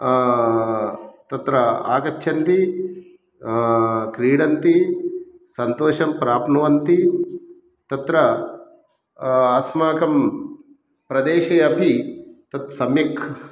तत्र आगच्छन्ति क्रीडन्ति सन्तोषं प्राप्नुवन्ति तत्र अस्माकं प्रदेशे अपि तत् सम्यक्